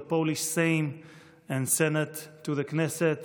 Polish Sejm and Senate to the Knesset.